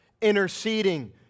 interceding